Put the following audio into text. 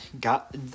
got